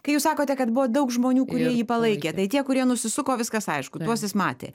kai jūs sakote kad buvo daug žmonių kurie jį palaikė tai tie kurie nusisuko viskas aišku tuos jis matė